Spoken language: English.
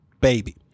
baby